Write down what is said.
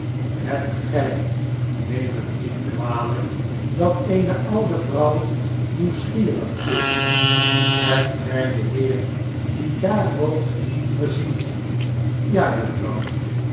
hebt gij neem het niet kwalijk dat eene oude vrouw nieuwsgierig is hebt gij den heer die daar woont gezien ja